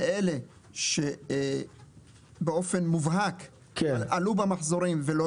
באלה שבאופן מובהק עלו במחזורים ולא